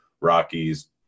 Rockies